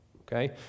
okay